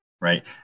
right